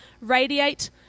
radiate